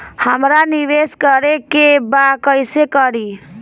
हमरा निवेश करे के बा कईसे करी?